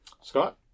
Scott